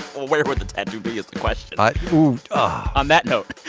where would the tattoo be? is the question i ooh, ah on that note.